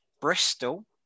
Bristol